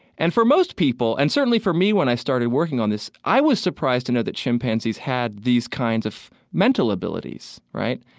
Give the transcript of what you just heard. and for most people, and certainly for me when i started working on this, i was surprised to know that chimpanzees had these kinds of mental abilities, right?